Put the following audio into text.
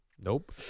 Nope